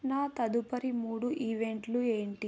నా తదుపరి మూడు ఈవెంట్లు ఏంటి